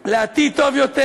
לעתיד טוב יותר,